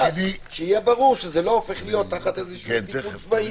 שיהיה ברור שזה לא הופך להיות תחת פיקוד צבאי.